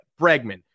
Bregman